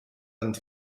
and